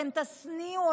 אתם תשניאו אותה.